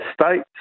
States